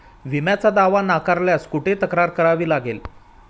विम्याचा दावा नाकारल्यास कुठे तक्रार करावी लागेल?